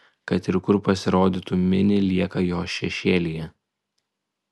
kad ir kur pasirodytų mini lieka jo šešėlyje